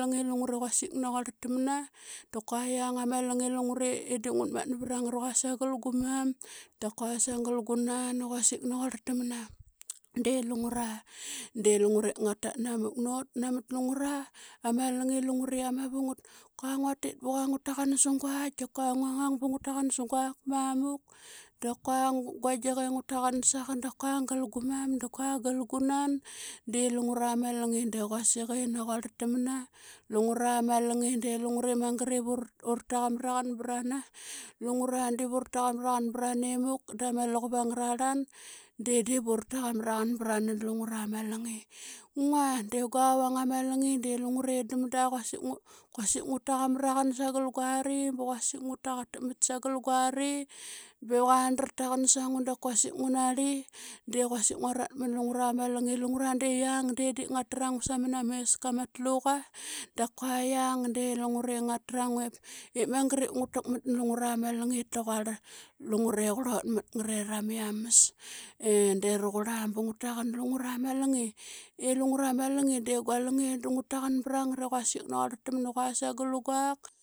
lingi lungre quasik naqurl tamna. Da qua yiang ama lngi de ngutmatna vrangt sangl ngu-mam da qua sangl ngunan i quasik naqurl tamna de lungra de lungre ngatat namuk not namt lungra ama lingi i lungra ma vungt qua nguatit bqa ngtaqan inguaitk da qua ngutaqan suqak da qua ngua ngiqa i ngu taqan saqa da qua gal ngumam da kua gal gunan. De lungra ma lingi de quasik naquart tamna lungra malngi mangt ivurtaqan maqn brana. Lungra de vurtaqa mraqan brana muk dama lukup angrarlan de dii vurtaqa mraqan brana lungra malngi. Ngna de nguavang ama lngi de lungre edmda quasik ngua taqmraqn sangl ngnari, bquasik ngutaqtak mat sangl nguari, bquarira taqan sanqua, da quasik ngunari, de quasik nguarat mnlungra malngi. Lungra de yiang de dii ngatra ngna samna mesk matlu qa da qua yiang de ngatrangua ip mangat ingntak mat nlungra malngi taqua lungre qrot matngrera miams. E de roqrla bngua taqan nlungra malngi elungra malngi de ngua lingie dngua taqan brangat iquasik naquarl tama qua sangl ngnak.